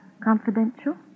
confidential